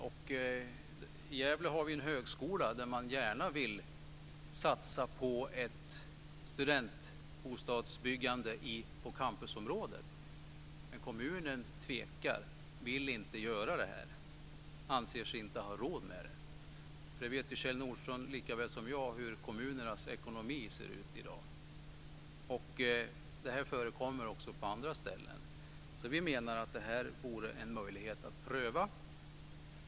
I Gävle har vi en högskola där man gärna vill satsa på ett studentbostadsbyggande på campus, men kommunen tvekar och vill inte göra detta. Man anser sig inte ha råd med det. Kjell Nordström vet likaväl som jag hur kommunernas ekonomi ser ut i dag. Det här förekommer också på andra ställen. Vi menar att detta vore en möjlighet att pröva.